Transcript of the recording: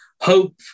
hope